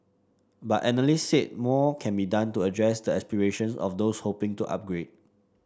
but analyst said more can be done to address the aspirations of those hoping to upgrade